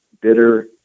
bitter